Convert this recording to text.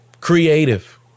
creative